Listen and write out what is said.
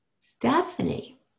Stephanie